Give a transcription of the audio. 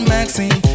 Maxine